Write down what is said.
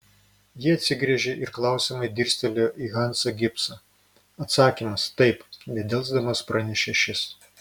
ji atsigręžė ir klausiamai dirstelėjo į hansą gibsą atsakymas taip nedelsdamas pranešė šis